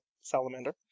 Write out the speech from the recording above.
salamander